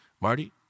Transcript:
Marty